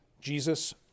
Jesus